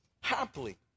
happily